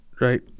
right